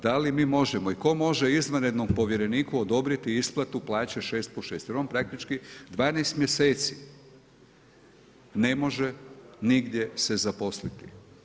Da li mi možemo i tko može izvanrednu povjereniku odobriti isplatu plaće 6 plus 6, jer on praktički 12 mjeseci, ne može nigdje se zaposliti.